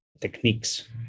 techniques